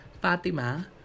Fatima